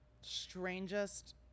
strangest